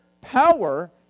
power